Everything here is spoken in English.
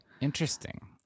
Interesting